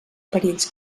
perills